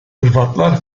hırvatlar